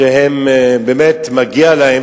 באמת מגיע להם,